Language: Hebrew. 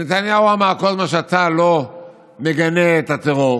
נתניהו אמר: כל זמן שאתה לא מגנה את הטרור,